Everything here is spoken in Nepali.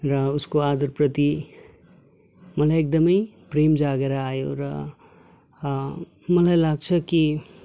र उसको आदरप्रति मलाई एकदमै प्रेम जागेर आयो र मलाई लाग्छ कि